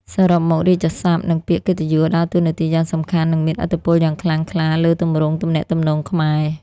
សរុបមក រាជសព្ទ និងពាក្យកិត្តិយស ដើរតួនាទីយ៉ាងសំខាន់ និងមានឥទ្ធិពលយ៉ាងខ្លាំងក្លាលើទម្រង់ទំនាក់ទំនងខ្មែរ។